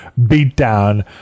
beatdown